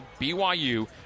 BYU